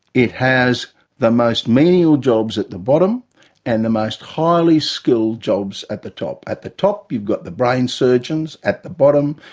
it has the most menial jobs at the bottom and the most highly skilled jobs at the top. at the top you've got the brain surgeons at the bottom,